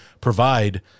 provide